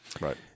Right